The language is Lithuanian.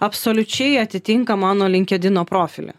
absoliučiai atitinka mano linkedino profilį